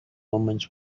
omens